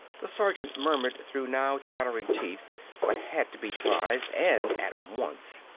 the sergeant murmured through now-chattering teeth what had to be devised, and at once.